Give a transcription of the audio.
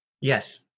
Yes